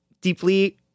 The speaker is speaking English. deeply